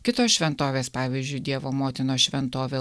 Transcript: kitos šventovės pavyzdžiui dievo motinos šventovė